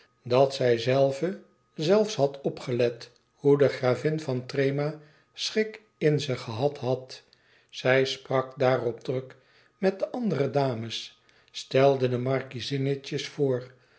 dat zijzelve zelfs had opgelet hoe de gravin de threma schik in ze gehad had zij sprak daarop druk met de andere dames stelde de markiezinnetjes voor